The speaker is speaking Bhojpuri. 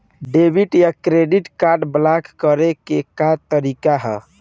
डेबिट या क्रेडिट कार्ड ब्लाक करे के का तरीका ह?